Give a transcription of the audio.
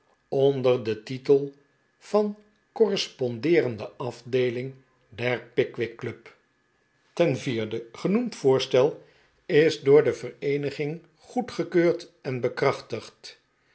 onder den titel van correspondeerende afdeeling der pickwick club ten vierde genoemd voorstel is door de vereeniging goedgekeurd en bekrachtigd